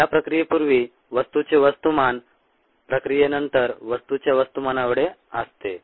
या प्रक्रियेपूर्वी वस्तूचे वस्तुमान प्रक्रियेनंतर वस्तूच्या वस्तुमानाएवढे असते